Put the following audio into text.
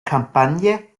kampagne